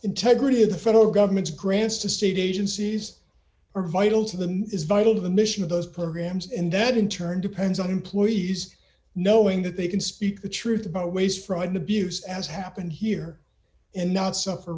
integrity of the federal government's grants to state agencies are vital to them is vital to the mission of those programs and that in turn depends on employees knowing that they can speak the truth about waste fraud and abuse as happened here and not suffer